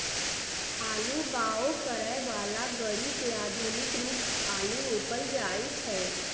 आलू बाओ करय बला ग़रि से आधुनिक रुपे आलू रोपल जाइ छै